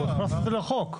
הכנסנו את זה לחוק.